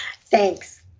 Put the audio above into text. Thanks